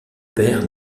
père